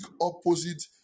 opposite